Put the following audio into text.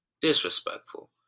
Disrespectful